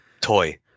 toy